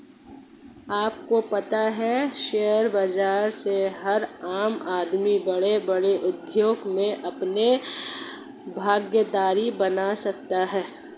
आपको पता है शेयर बाज़ार से हर आम आदमी बडे़ बडे़ उद्योग मे अपनी भागिदारी बना सकता है?